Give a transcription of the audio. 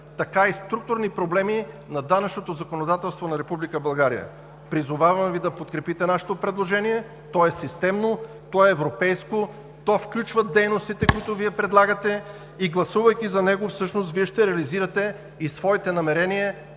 така и структурни проблеми на данъчното законодателство на Република България. Призовавам Ви да подкрепите нашето предложение – то е системно, то е европейско, то включва дейностите, които Вие предлагате, и гласувайки за него, всъщност Вие ще реализирате и своите намерения,